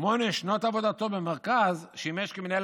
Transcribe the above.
בשמונה שנות עבודתו במרכז שימש כמנהל